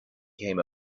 came